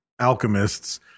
alchemists